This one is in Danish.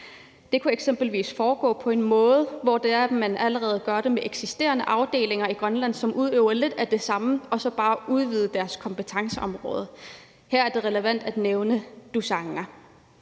Det kunne eksempelvis foregå på en måde, hvor man gør det med eksisterende afdelinger i Grønland, som udøver lidt af det samme, og altså bare udvider deres kompetenceområde. Her er det relevant at nævne Tusaannga.